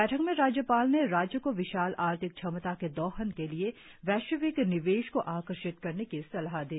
बैठक मे राज्यपाल ने राज्य को विशाल आर्थिक क्षमता के दोहान के लिए वैश्विक निवेश को आकर्षित करने की सलाह दी